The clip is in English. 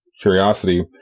curiosity